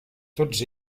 tots